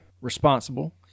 responsible